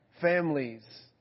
families